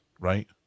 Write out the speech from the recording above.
Right